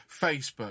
Facebook